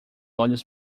olhos